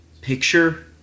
picture